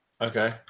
Okay